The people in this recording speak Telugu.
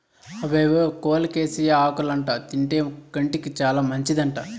అవేవో కోలోకేసియా ఆకులంట తింటే కంటికి చాలా మంచిదంట